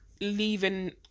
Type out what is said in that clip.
leaving